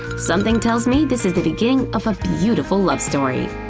something tells me this is the beginning of a beautiful love story.